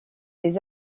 des